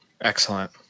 Excellent